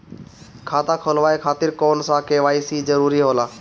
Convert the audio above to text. खाता खोलवाये खातिर कौन सा के.वाइ.सी जरूरी होला?